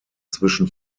zwischen